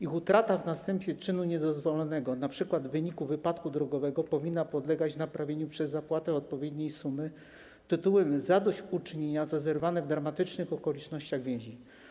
Ich utrata w następstwie czynu niedozwolonego, np. w wyniku wypadku drogowego, powinna podlegać naprawieniu przez zapłatę odpowiedniej sumy tytułem zadośćuczynienia za zerwane w dramatycznych okolicznościach więzi.